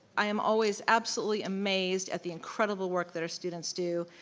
i am always absolutely amazed at the incredible work that our students do.